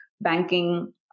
banking